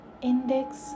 index